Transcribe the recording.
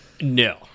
No